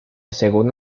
segunda